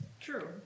True